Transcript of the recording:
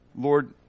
Lord